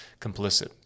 complicit